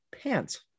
pants